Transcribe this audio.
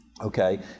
Okay